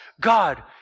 God